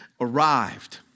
arrived